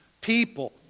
people